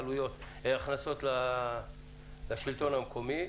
להפחית הכנסות לשלטון המקומי,